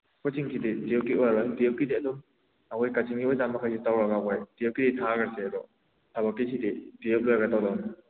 ꯀꯣꯆꯤꯡꯁꯤꯗꯤ ꯇꯨ꯭ꯔꯦꯜꯐꯀꯤ ꯑꯣꯏꯔꯔꯣꯏ ꯇꯨ꯭ꯌꯦꯜꯐꯀꯤꯗꯤ ꯑꯗꯨꯝ ꯑꯩꯈꯣꯏ ꯀꯛꯆꯤꯡꯒꯤ ꯑꯣꯖꯥ ꯃꯈꯩꯗ ꯇꯧꯔꯒ ꯑꯩꯈꯧꯏ ꯇꯨ꯭ꯌꯦꯜꯐꯀꯤꯗꯤ ꯊꯥꯈ꯭ꯔꯁꯦ ꯑꯗꯣ ꯊꯕꯛꯀꯤꯁꯤꯗꯤ ꯇꯨ꯭ꯌꯦꯜꯐ ꯂꯣꯔꯒ ꯇꯧꯗꯧꯅꯦ